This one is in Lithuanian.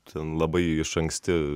ten labai iš anksti